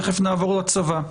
תיכף נעבור לצבא,